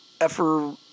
effort